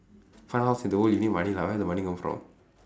fun house you that one you need money lah where the money come from